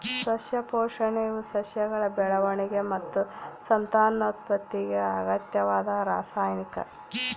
ಸಸ್ಯ ಪೋಷಣೆಯು ಸಸ್ಯಗಳ ಬೆಳವಣಿಗೆ ಮತ್ತು ಸಂತಾನೋತ್ಪತ್ತಿಗೆ ಅಗತ್ಯವಾದ ರಾಸಾಯನಿಕ